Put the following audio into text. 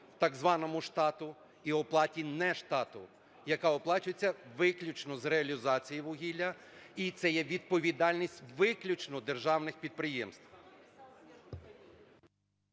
так званому штату і оплаті нештату, яка оплачується виключно з реалізації вугілля, і це є відповідальність виключно державних підприємств.